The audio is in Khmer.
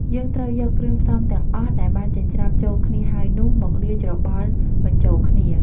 យើងត្រូវយកគ្រឿងផ្សំទាំងអស់ដែលបានចិញ្ច្រាំចូលគ្នាហើយនោះ មកលាយច្របល់បញ្ចូលគ្នា។